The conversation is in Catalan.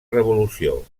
revolució